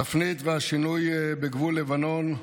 התפנית והשינוי בגבול לבנון,